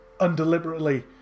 undeliberately